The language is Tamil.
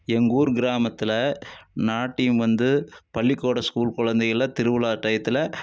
எங்கள் ஊர் கிராமத்தில் நாட்டியம் வந்து பள்ளிக்கூட ஸ்கூல் குழந்தைகள்லா திருவிழா டையத்துல